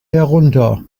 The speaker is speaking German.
herunter